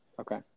okay